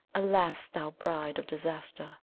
alas, thou bride of disaster!